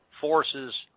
forces